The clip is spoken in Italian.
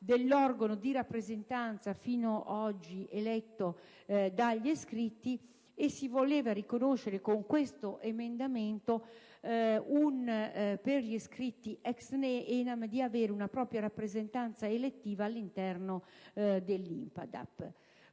dell'organo di rappresentanza, fino ad oggi eletto dagli iscritti, e quindi si voleva riconoscere con questo emendamento per gli iscritti ex ENAM di avere una propria rappresentanza elettiva all'interno dell'INPDAP.